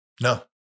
No